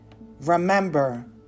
remember